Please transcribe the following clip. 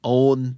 own